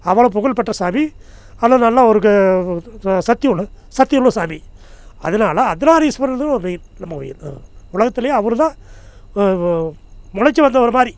அவ்வளோ புகழ் பெற்ற சாமி ஆனால் நல்லா அவருக்கு சக்தி உண்டு சக்தி உள்ள சாமி அதனால் அர்த்தனாரீஸ்வரர் நம்ம உலகத்திலையே அவர்தான் முளைச்சு வந்தவர் மாதிரி